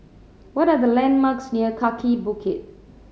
what are the landmarks near Kaki Bukit